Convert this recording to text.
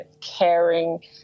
caring